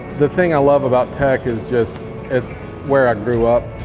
the thing i love about tech is just it's where i grew up,